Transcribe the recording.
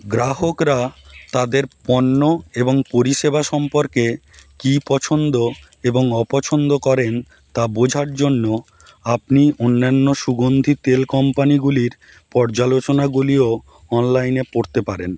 গ্রাহকরা তাদের পণ্য এবং পরিষেবা সম্পর্কে কী পছন্দ এবং অপছন্দ করেন তা বোঝার জন্য আপনি অন্যান্য সুগন্ধী তেল কোম্পানিগুলির পর্যালোচনাগুলিও অনলাইনে পড়তে পারেন